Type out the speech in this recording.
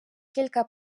кілька